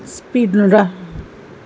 speed